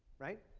right?